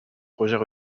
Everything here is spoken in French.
projets